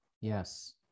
Yes